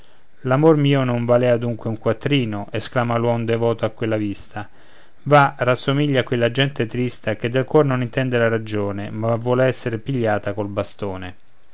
l'amor mio non valea dunque un quattrino esclama l'uom devoto a quella vista va rassomigli a quella gente trista che del cuor non intende la ragione ma vuol esser pigliata col bastone